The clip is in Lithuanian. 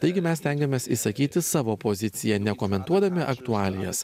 taigi mes stengiamės išsakyti savo poziciją ne komentuodami aktualijas